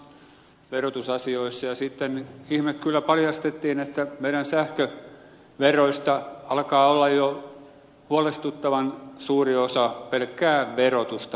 assange verotusasioissa ja sitten ihme kyllä paljastettiin että meidän sähköveroista alkaa olla jo huolestuttavan suuri osa pelkkää valtion verotusta